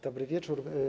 Dobry wieczór.